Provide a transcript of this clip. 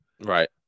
right